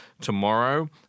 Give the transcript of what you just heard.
tomorrow